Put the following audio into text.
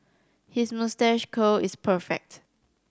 his moustache curl is perfect